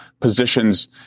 positions